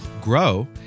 grow